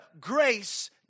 grace